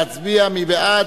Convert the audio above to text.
נא להצביע, מי בעד?